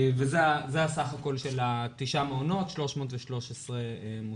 וזה הסך הכול של תשעה המעונות, 313 מושמים.